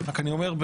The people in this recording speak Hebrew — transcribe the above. רק אני אומר,